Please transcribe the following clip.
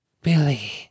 Billy